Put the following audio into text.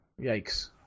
yikes